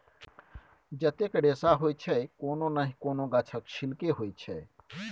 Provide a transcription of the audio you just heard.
जतेक रेशा होइ छै कोनो नहि कोनो गाछक छिल्के होइ छै